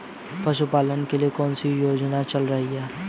पशुपालन के लिए कौन सी योजना चल रही है?